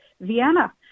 Vienna